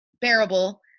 bearable